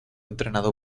entrenado